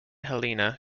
helena